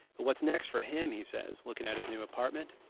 but what's next for him, he says, looking at his new apartment,